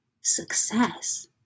success